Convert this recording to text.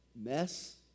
mess